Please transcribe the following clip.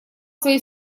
своей